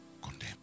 condemned